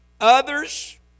others